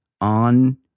on